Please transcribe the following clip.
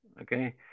Okay